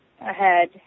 ahead